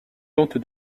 tente